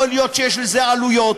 יכול להיות שיש לזה עלויות,